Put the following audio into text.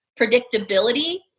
predictability